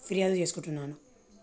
ఫిర్యాదు చేస్కుంటున్నాను